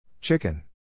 Chicken